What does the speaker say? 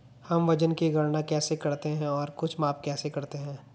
हम वजन की गणना कैसे करते हैं और कुछ माप कैसे करते हैं?